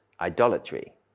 idolatry